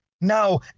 now